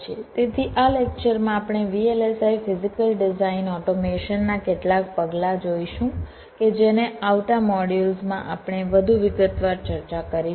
તેથી આ લેક્ચર માં આપણે VLSI ફિઝીકલ ડિઝાઈન ઓટોમેશન ના કેટલાક પગલાં જોઈશું કે જેને આવતા મોડ્યુલ્સ માં આપણે વધુ વિગતવાર ચર્ચા કરીશું